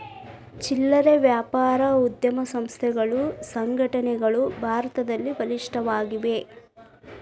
ಚಿಲ್ಲರೆ ವ್ಯಾಪಾರ ಉದ್ಯಮ ಸಂಸ್ಥೆಗಳು ಸಂಘಟನೆಗಳು ಭಾರತದಲ್ಲಿ ಬಲಿಷ್ಠವಾಗಿವೆ